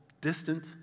distant